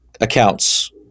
accounts